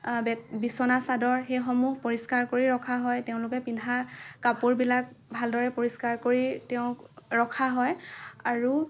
bed বিছনা চাদৰ সেইসমূহ পৰিস্কাৰ কৰি ৰখা হয় তেওঁলোকে পিন্ধা কাপোৰবিলাক ভালদৰে পৰিস্কাৰ কৰি তেওঁক ৰখা হয় আৰু